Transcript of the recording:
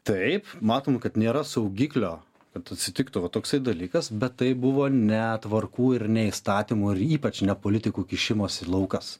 taip matom kad nėra saugiklio kad atsitiktų va toksai dalykas bet tai buvo ne tvarkų ir ne įstatymų ir ypač ne politikų kišimosi laukas